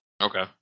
Okay